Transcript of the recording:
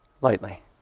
lightly